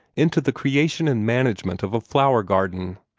into the creation and management of a flower-garden.